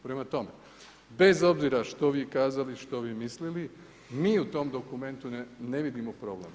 Prema tome, bez obzira što vi kazali i što vi mislili, mi u tome dokumentu ne vidimo problem.